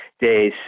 days